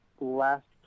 last